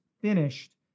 Finished